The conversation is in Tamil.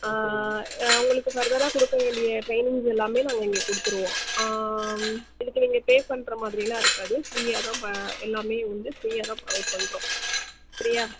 உங்களுக்கு ஃபர்தராக கொடுக்க வேண்டிய ட்ரைனிங்ஸ் எல்லாமே நாங்கள் இங்கே கொடுத்துருவோம் இதுக்கு நீங்கள் பே பண்ணுற மாதிரியெலாம் இருக்காது ஃப்ரீயாகதான் எல்லாமே வந்து ஃப்ரீயாகதான் ப்ரொவைட் பண்ணுறோம் சரியா